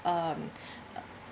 um